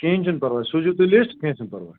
کِہیٖنٛۍ چھُنہٕ پرواے سوٗزِو تُہۍ لِسٹ کیٚنٛہہ چھُنہٕ پرواے